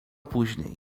później